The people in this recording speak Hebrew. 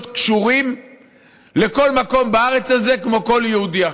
קשורים לכל מקום בארץ הזאת כמו כל יהודי אחר.